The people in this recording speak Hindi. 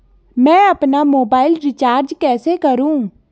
मैं अपना मोबाइल रिचार्ज कैसे करूँ?